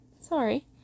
Sorry